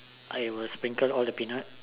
I'll sprinkle all the peanut